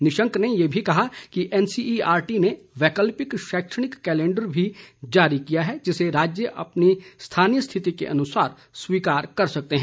निशंक ने यह भी कहा कि एनसीईआरटी ने वैकल्पिक शैक्षणिक कलेंडर भी जारी किया है जिसे राज्य अपनी स्थानीय स्थिति के अनुसार स्वीकार कर सकते हैं